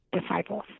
disciples